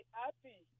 happy